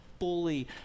fully